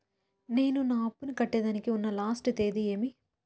నేను నా అప్పుని కట్టేదానికి ఉన్న లాస్ట్ తేది ఏమి?